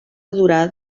durà